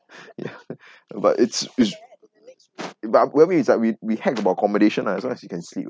ya but it's it's but whatever it's like we we heck about accommodation lah as long as you can sleep ah